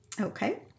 Okay